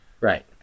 right